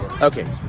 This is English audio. Okay